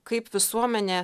kaip visuomenė